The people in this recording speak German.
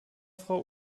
frau